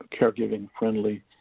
caregiving-friendly